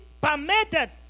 permitted